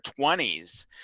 20s